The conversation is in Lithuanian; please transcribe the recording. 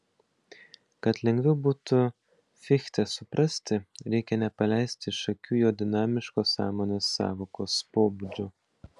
kad lengviau būtų fichtę suprasti reikia nepaleisti iš akių jo dinamiško sąmonės sąvokos pobūdžio